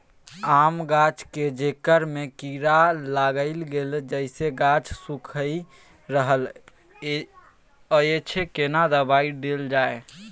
आम गाछ के जेकर में कीरा लाईग गेल जेसे गाछ सुइख रहल अएछ केना दवाई देल जाए?